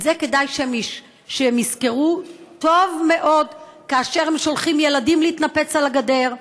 את זה כדאי שהם יזכרו טוב מאוד כאשר הם שולחים ילדים להתנפץ על הגדר,